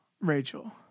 Rachel